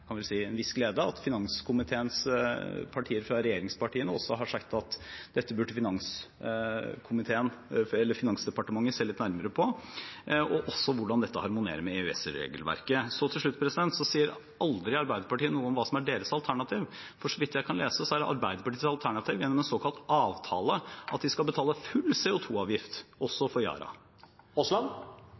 kan vel si – en viss glede at finanskomiteens medlemmer fra regjeringspartiene også har sagt at dette burde Finansdepartementet se litt nærmere på, og også hvordan dette harmonerer med EØS-regelverket. Så til slutt: Arbeiderpartiet sier aldri noe om hva som er deres alternativ. Så vidt jeg kan lese, er Arbeiderpartiets alternativ at de skal – gjennom en såkalt avtale – betale full CO 2 -avgift, også for Yara.